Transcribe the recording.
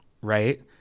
Right